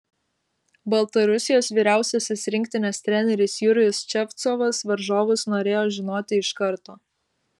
baltarusijos vyriausiasis rinktinės treneris jurijus ševcovas varžovus norėjo žinoti iš karto